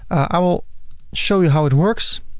i will show you how it works.